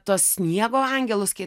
tuos sniego angelus kai